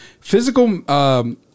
physical